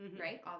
right